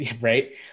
right